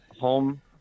Home